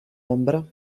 ombra